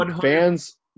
fans